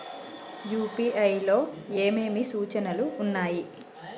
UPI లో ఏమేమి సూచనలు ఉన్నాయి?